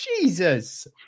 Jesus